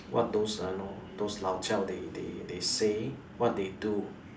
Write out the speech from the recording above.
what those uh know those lao-jiao they they they say what they do